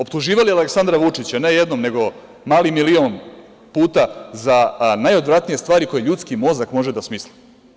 Optuživali Aleksandra Vučića, ne jednom, nego mali milion puta, za najodvratnije stvari koje ljudski mozak može da smisli.